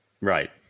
Right